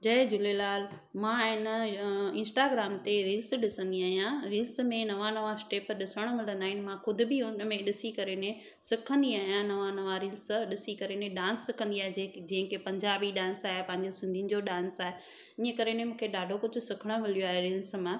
जय झूलेलाल मां आहे न इंस्टाग्राम ते रील्स ॾिसंदी आहियां रील्स में नवां नवां स्टेप ॾिसण मिलंदा आहिनि मां खुद बि हुन में ॾिसी करे ने सिखंदी आहियां नवां नवां रील्स ॾिसी करे ने डांस सिखंदी आहियां जे जीअं की पंजाबी डांस आहे पंहिंजो सिंधियुनि जो डांस आहे इअं करे ने मूंखे ॾाढो कुझु सिखण मिलियो आहे रील्स मां